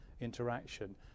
interaction